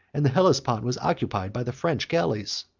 and the hellespont was occupied by the french galleys?